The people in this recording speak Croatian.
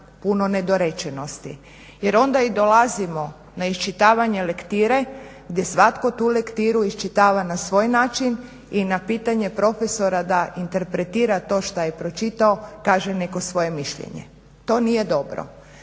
puno nedorečenosti jer onda i dolazimo na iščitavanje lektire gdje svatko tu lektiru iščitava na svoj način i na pitanje profesora da interpretira to što je pročita kaže neko svoje mišljenje. To nije dobro,